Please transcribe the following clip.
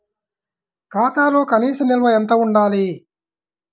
ఖాతాలో కనీస నిల్వ ఎంత ఉండాలి?